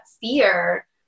fear